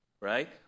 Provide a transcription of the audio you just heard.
right